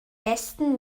besten